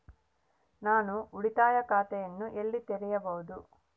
ನಾನು ಉಳಿತಾಯ ಖಾತೆಯನ್ನು ಎಲ್ಲಿ ತೆರೆಯಬಹುದು?